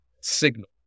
Signal